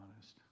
honest